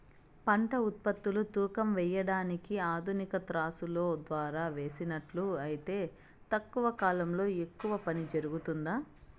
పంట ఉత్పత్తులు తూకం వేయడానికి ఆధునిక త్రాసులో ద్వారా వేసినట్లు అయితే తక్కువ కాలంలో ఎక్కువగా పని జరుగుతుందా?